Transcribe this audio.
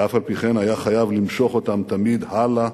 ואף-על-פי-כן היה חייב למשוך אותם תמיד הלאה,